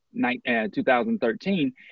2013